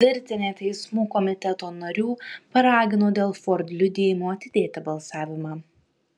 virtinė teismų komiteto narių paragino dėl ford liudijimo atidėti balsavimą